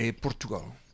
Portugal